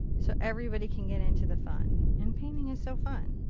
so everybody can get into the fun. and painting is so fun.